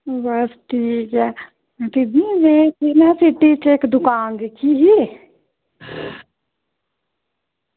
बस ठीक ऐ दीदी में सिटी च इक दकान दिक्खी ही